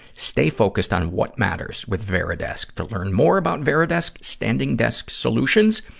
stay focused on what matters with varidesk. to learn more about varidesk standing desk solutions,